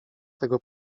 tego